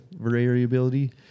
variability